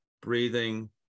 breathing